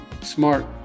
smart